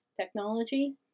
technology